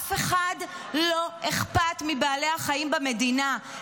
לאף אחד לא אכפת מבעלי החיים במדינה.